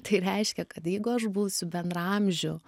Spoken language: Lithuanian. tai reiškia kad jeigu aš būsiu bendraamžių